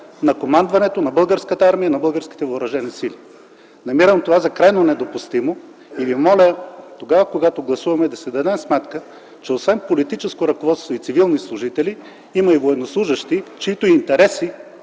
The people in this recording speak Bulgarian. на командването на Българската армия и на Българските въоръжени сили. Намирам това за крайно недопустимо и ви моля тогава, когато гласуваме, да си дадем сметка, че освен политическо ръководство и цивилни служители, има и военнослужещи, чиито интереси,